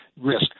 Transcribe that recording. risk